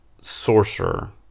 sorcerer